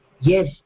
yes